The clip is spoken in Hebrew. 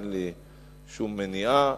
אין לי שום מניעה,